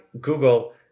Google